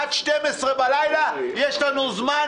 עד 12 בלילה יש לנו זמן,